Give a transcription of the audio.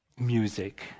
Music